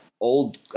old